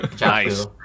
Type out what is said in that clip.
Nice